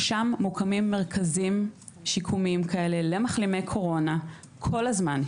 שם מוקמים מרכזים שיקומיים למחלימי קורונה כל הזמן.